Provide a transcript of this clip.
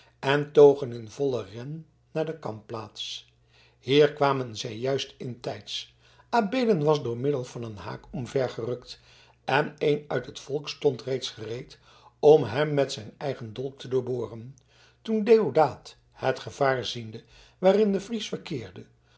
en togen in vollen ren naar de kampplaats hier kwamen zij juist intijds adeelen was door middel van een haak omvergerukt en een uit het volk stond reeds gereed om hem met zijn eigen dolk te doorboren toen deodaat het gevaar ziende waarin de fries verkeerde